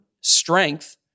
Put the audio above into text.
strength